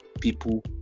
people